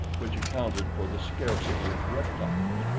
which accounted for the scarcity of reptiles.